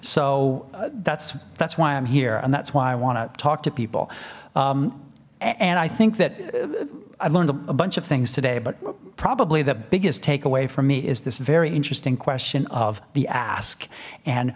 so that's that's why i'm here and that's why i want to talk to people and i think that i've learned a bunch of things today but probably the biggest takeaway from me is this very interesting question of the ask and